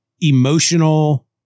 emotional